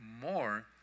more